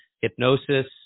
hypnosis